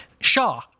Shaw